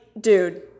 dude